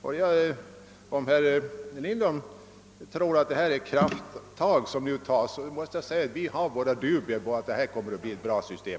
Om herr Lindholm tror att det är krafttag som nu tas, måste jag säga att vi har våra dubier om att detta kommer att bli ett bra system.